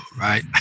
right